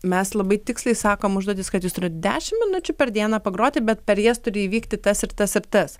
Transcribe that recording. mes labai tiksliai sakom užduotis kad jūs turit dešimt minučių per dieną pagroti bet per jas turi įvykti tas ir tas ir tas